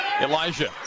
Elijah